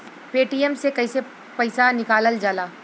Paytm से कैसे पैसा निकलल जाला?